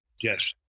Yes